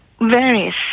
various